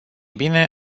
bine